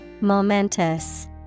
Momentous